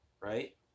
right